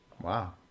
Wow